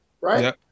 right